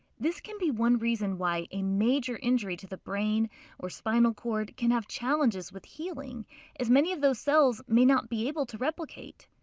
this can be one reason why a major injury to the brain or spinal cord can have challenges with healing as many of those cells may not be able to replicate.